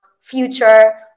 future